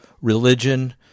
religion